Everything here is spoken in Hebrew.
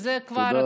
שזה כבר,